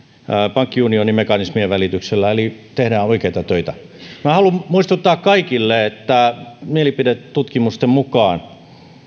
pankkiunionin mekanismien välityksellä eli tehdään oikeita töitä haluan muistuttaa kaikille että mielipidetutkimusten mukaan